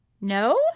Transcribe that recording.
No